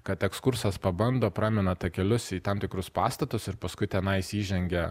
kad ekskursas pabando pramina takelius į tam tikrus pastatus ir paskui tenais įžengia